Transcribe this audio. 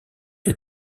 est